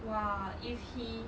!wah! if he